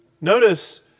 notice